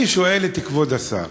אני שואל את כבוד השר: